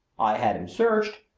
i had him searched,